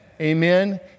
Amen